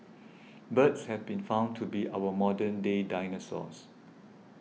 birds have been found to be our modern day dinosaurs